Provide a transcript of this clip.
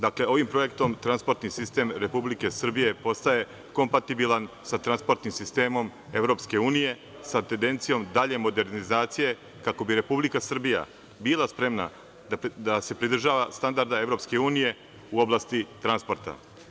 Dakle, ovim projektom transportni sistem Republike Srbije postaje kompatibilan sa transportnim sistemom EU, sa tendencijom dalje modernizacije, kako bi Republika Srbija bila spremna da se pridržava standarda EU u oblasti transporta.